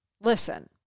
Listen